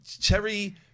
Cherry